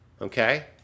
Okay